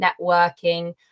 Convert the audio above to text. networking